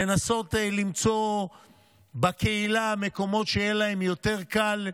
לנסות למצוא בקהילה מקומות שבהם יהיה להם יותר קל,